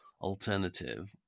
alternative